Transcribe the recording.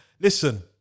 listen